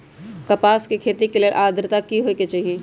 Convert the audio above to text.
कपास के खेती के लेल अद्रता की होए के चहिऐई?